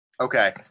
Okay